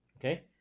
okay